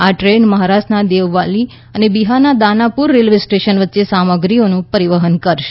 આ દ્રેન મહારાષ્ટ્રના દેવલાલી અને બિહારના દાનાપુર રેલ્વે સ્ટેશન વચ્ચે સામગ્રીનું પરિવહન કરશે